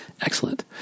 Excellent